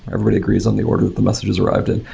everybody agrees on the order that the messages arrived in.